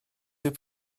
dyw